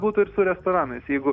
būtų ir su restoranais jeigu